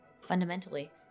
fundamentally